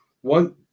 one